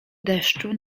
deszczu